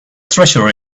treasure